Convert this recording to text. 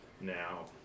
now